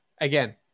again